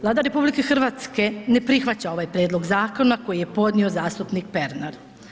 Vlada RH ne prihvaća ovaj prijedlog zakona koji je podnio zastupnik Pernar.